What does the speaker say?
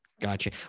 Gotcha